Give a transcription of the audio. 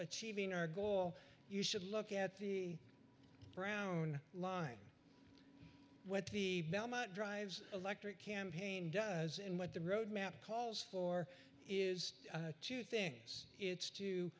achieving our goal you should look at the brown line what the belmont drives electric campaign does in what the road map calls for is two things it's to